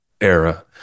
era